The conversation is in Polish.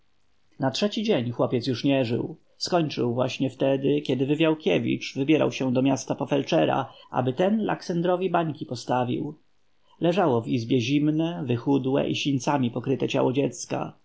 na trzeci dzień chłopiec już nie żył skończył właśnie wtedy kiedy wywiałkiewicz wybierał się do miasta po felczera aby ten laksendrowi bańki postawił leżało w izbie zimne wychudłe i sińcami pokryte ciało dziecka